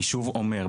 אני שוב אומר,